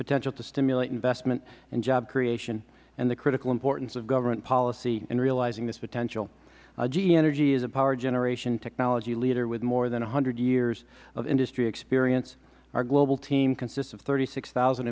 potential to stimulate investment and job creation and the critical importance of government policy in realizing this potential ge energy is a power generation technology leader with more than one hundred years of industry experience our global team consists of thirty six thousand